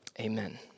Amen